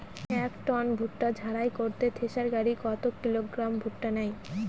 এক টন ভুট্টা ঝাড়াই করতে থেসার গাড়ী কত কিলোগ্রাম ভুট্টা নেয়?